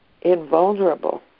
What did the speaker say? invulnerable